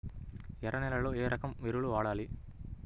ఎర్ర నేలలో ఏ రకం ఎరువులు వాడాలి?